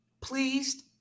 pleased